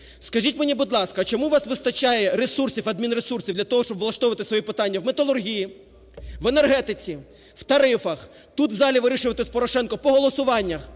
Скажіть мені, будь ласка, чому у вас вистачає ресурсів, адмінресурсів для того, щоб влаштовувати свої питання в металургії, в енергетиці, в тарифах, тут в залі вирішувати з Порошенком по голосуваннях,